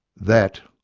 that,